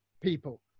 people